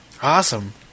Awesome